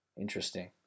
Interesting